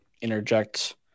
interject